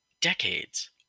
decades